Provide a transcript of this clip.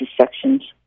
sections